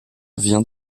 vient